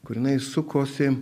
kur jinai sukosi